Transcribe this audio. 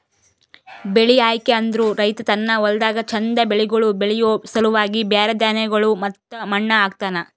ಬೆಳಿ ಆಯ್ಕೆ ಅಂದುರ್ ರೈತ ತನ್ನ ಹೊಲ್ದಾಗ್ ಚಂದ್ ಬೆಳಿಗೊಳ್ ಬೆಳಿಯೋ ಸಲುವಾಗಿ ಬ್ಯಾರೆ ಧಾನ್ಯಗೊಳ್ ಮತ್ತ ಮಣ್ಣ ಹಾಕ್ತನ್